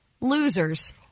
losers